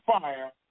fire